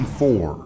four